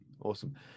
Awesome